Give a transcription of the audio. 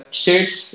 states